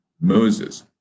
Moses